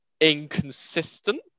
inconsistent